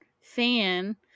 fan